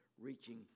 reaching